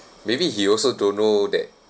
maybe he also don't know that